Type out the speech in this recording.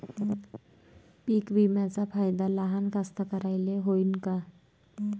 पीक विम्याचा फायदा लहान कास्तकाराइले होईन का?